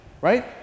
right